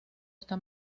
está